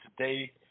today